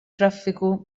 traffiku